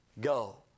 go